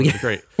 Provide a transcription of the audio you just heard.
great